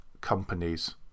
companies